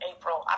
April